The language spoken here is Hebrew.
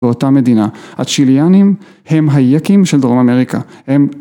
‫באותה מדינה. ‫הצ'יליאנים הם הייקים של דרום אמריקה. הם...